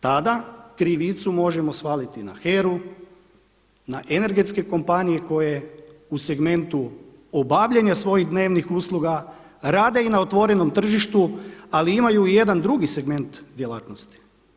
Tada krivicu možemo svaliti na HERA-u, na energetske kompanije koje u segmentu obavljanja svojih dnevnih usluga rade i na otvorenom tržištu, ali imaju i jedan drugi segment djelatnosti.